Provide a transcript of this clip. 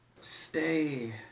Stay